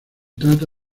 trata